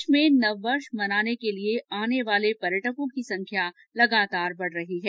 प्रदेश में नववर्ष मनाने के लिये आने वाले पर्यटकों की संख्या लगातार बढ रही है